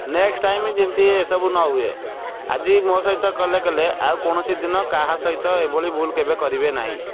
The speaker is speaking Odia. ନେକ୍ସଟ୍ ଟାଇମ୍ ଯେମିତି ଏସବୁ ନ ହୁଏ ଆଜି ମୋ ସହିତ କଲେ କଲେ ଆଉ କୌଣସି ଦିନ କାହା ସହିତ ଏଭଳି ଭୁଲ୍ କେବେ କରିବେ ନାହିଁ